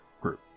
group